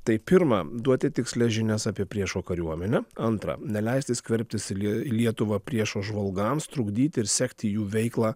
tai pirma duoti tikslias žinias apie priešo kariuomenę antra neleisti skverbtis į lietuvą priešo žvalgams trukdyti ir sekti jų veiklą